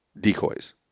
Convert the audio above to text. decoys